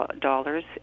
dollars